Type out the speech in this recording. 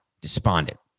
Despondent